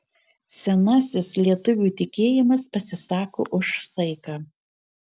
senasis lietuvių tikėjimas pasisako už saiką